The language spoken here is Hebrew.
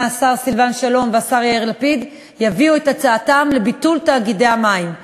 השר סילבן שלום והשר יאיר לפיד יביא את הצעתו לביטול תאגידי המים.